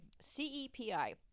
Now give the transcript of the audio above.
C-E-P-I